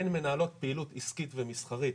הן מנהלות פעילות עסקית ומסחרית,